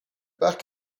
parc